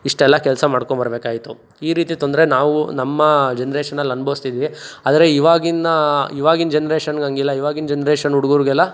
ಇಷ್ಟೇಲ್ಲ ಕೆಲ್ಸ ಮಾಡ್ಕೊಂಬರ್ಬೇಕಾಗಿತ್ತು ಈ ರೀತಿ ತೊಂದರೆ ನಾವು ನಮ್ಮ ಜನ್ರೇಶನಲ್ಲಿ ಅನುಭವಿಸ್ತಿದ್ವಿ ಆದರೆ ಇವಾಗಿನ ಇವಾಗಿನ ಜನ್ರೇಶನ್ಗೆ ಹಂಗಿಲ್ಲಾ ಇವಾಗಿನ ಜನ್ರೇಶನ್ ಹುಡುಗ್ರಿಗೆಲ್ಲ